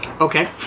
Okay